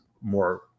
more